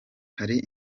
hari